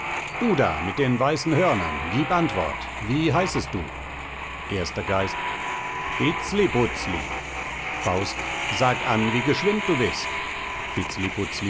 du da mit den weißen hörnern gieb antwort wie heißest du erster geist vitzliputzli faust sag an wie geschwind du bist